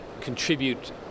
contribute